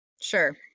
Sure